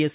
S